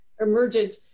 emergent